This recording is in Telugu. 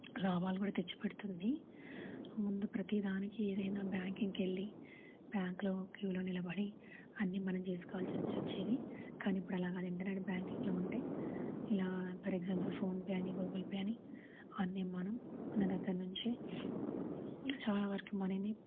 లాభాలు కూడా తెచ్చిపెడుతుంది ముందు ప్రతీదానికి ఏదైనా బ్యాంకింగ్కి వెళ్ళి బ్యాంక్లో క్యూలో నిలబడి అన్నీమనం చేసుకోవలసి వచ్చి వచ్చేది కానీ ఇప్పుడు అలా కాదు ఇంటర్నెట్ బ్యాంకింగ్లో ఉంటే ఇలా for a example PhonePe Google Pay అని అన్నీ మనం ఉన్న దగ్గర నుంచి చాలా వరకు మనీని